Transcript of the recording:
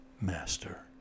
Master